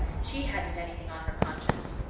she hadn't anything on her conscience.